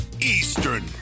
Eastern